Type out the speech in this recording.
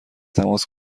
تماس